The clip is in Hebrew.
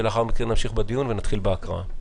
ולאחר מכן נמשיך בדיון ונתחיל בהקראה.